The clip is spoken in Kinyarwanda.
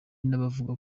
n’abavuga